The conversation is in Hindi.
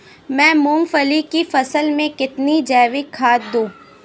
मैं मूंगफली की फसल में कितनी जैविक खाद दूं?